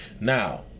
now